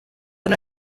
τον